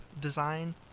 design